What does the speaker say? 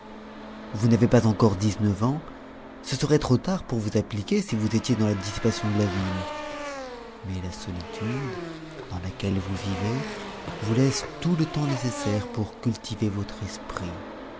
vous n'avez pas encore dix-neuf ans ce serait trop tard pour vous appliquer si vous étiez dans la dissipation de la ville mais la solitude dans laquelle vous vivez vous laisse tout le tems nécessaire pour cultiver votre esprit